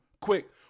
Quick